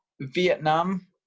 vietnam